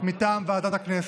מטעם ועדת הכנסת.